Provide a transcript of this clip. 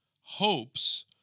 hopes